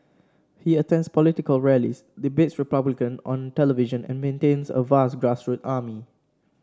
he attends political rallies debates republicans on television and maintains a vast grassroots army